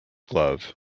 glove